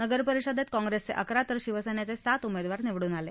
नगर परिषदेत कॉंग्रेसचे अकरा तर शिवसेनेचे सात उमेदवार निवडून आले